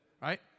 right